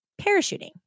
parachuting